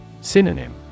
Synonym